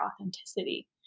authenticity